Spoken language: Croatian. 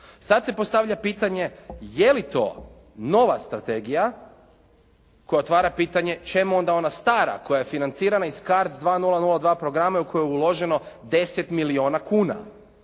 Sada se postavlja pitanje je li to nova strategija koja otvara pitanje čemu onda ona stara koja je financirana iz CARDS 2 002 programa i u koju je uloženo 10 milijuna kuna.